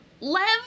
Lev